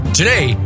Today